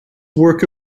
work